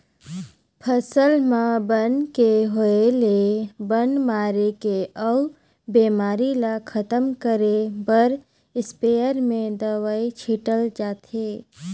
फसल म बन के होय ले बन मारे के अउ बेमारी ल खतम करे बर इस्पेयर में दवई छिटल जाथे